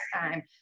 time